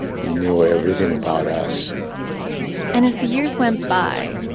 he knew everything about us and as the years went by,